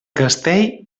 castell